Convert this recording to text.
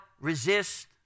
resist